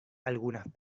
algunas